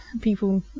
People